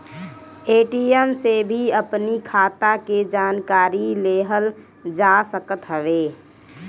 ATM से भी अपनी खाता के जानकारी लेहल जा सकत हवे